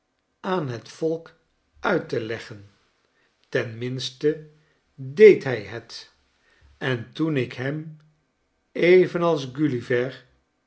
aan het volk uit te leggen ten rainste deed hij het en toen ik hem evenals gulliver